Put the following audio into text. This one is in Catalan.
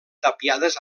tapiades